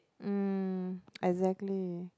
mm exactly